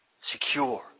secure